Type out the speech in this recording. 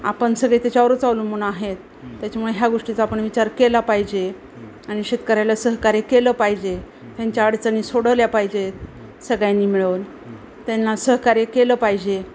आपण सगळे त्याच्यावरच अवलंबून आहेत त्याच्यामुळे ह्या गोष्टीचा आपण विचार केला पाहिजे आणि शेतकऱ्याला सहकार्य केलं पाहिजे त्यांच्या अडचणी सोडवल्या पाहिजेत सगळ्यांनी मिळून त्यांना सहकार्य केलं पाहिजे